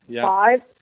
Five